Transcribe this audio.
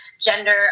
gender